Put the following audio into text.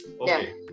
Okay